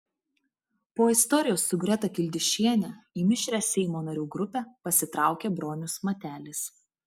po istorijos su greta kildišiene į mišrią seimo narių grupę pasitraukė bronius matelis